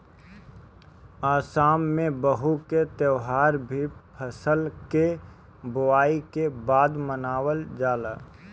आसाम में बिहू के त्यौहार भी फसल के बोआई के बाद मनावल जाला